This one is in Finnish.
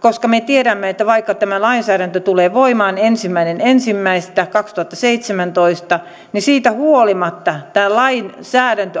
koska me tiedämme että vaikka tämä lainsäädäntö tulee voimaan ensimmäinen ensimmäistä kaksituhattaseitsemäntoista niin siitä huolimatta tämä lainsäädäntö